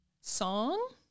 Song